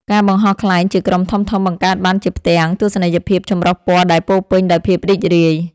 ការបង្ហោះខ្លែងជាក្រុមធំៗ បង្កើតបានជាផ្ទាំងទស្សនីយភាពចម្រុះពណ៌ដែលពោរពេញដោយភាពរីករាយ។